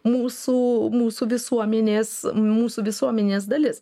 mūsų mūsų visuomenės mūsų visuomenės dalis